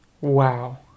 Wow